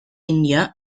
india